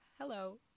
Hello